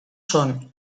son